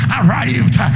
arrived